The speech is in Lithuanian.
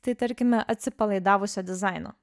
tai tarkime atsipalaidavusio dizaino